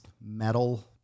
metal